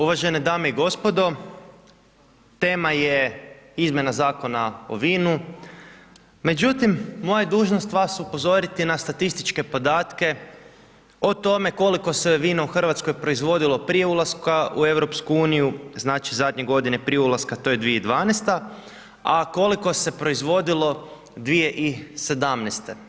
Uvažene dame i gospodo, tema je izmjena Zakona o vinu, međutim moja je dužnost vas upozoriti na statističke podatke o tome koliko se vina u Hrvatskoj proizvodilo prije ulaska u EU, znači zadnje godine prije ulaska, to je 2012. a koliko se proizvodilo 2017.